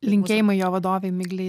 linkėjimai jo vadovei miglei